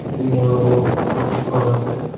জিমৰো প্ৰশিক্ষক আছে